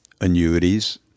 Annuities